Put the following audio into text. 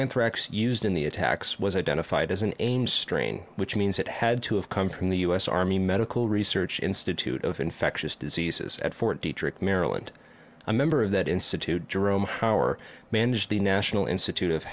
anthrax used in the attacks was identified as an ames strain which means it had to have come from the u s army medical research institute of infectious diseases at fort dietrich maryland a member of that institute jerome hauer manage the national institute of